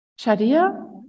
Shadia